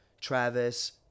Travis